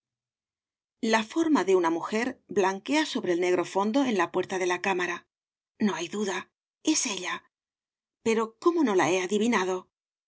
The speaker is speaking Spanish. la forma de una mujer blanquea sobre negro fondo en la puerta de la cámara no hay duda es ella pero cómo no la he adivinador